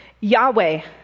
Yahweh